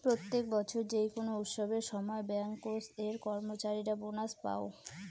প্রত্যেক বছর যেই কোনো উৎসবের সময় ব্যাংকার্স এর কর্মচারীরা বোনাস পাঙ